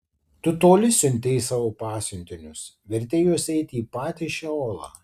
tu toli siuntei savo pasiuntinius vertei juos eiti į patį šeolą